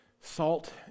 Salt